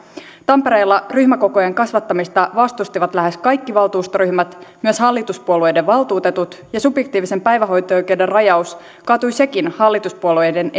tampereella ryhmäkokojen kasvattamista vastustivat lähes kaikki valtuustoryhmät myös hallituspuolueiden valtuutetut ja subjektiivisen päivähoito oikeuden rajaus kaatui sekin hallituspuolueiden